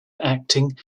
acting